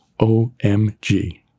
OMG